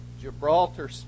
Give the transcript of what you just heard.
Gibraltar